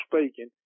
speaking